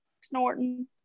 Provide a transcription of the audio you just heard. snorting